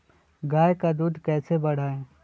गाय का दूध कैसे बढ़ाये?